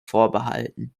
vorbehalten